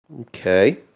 okay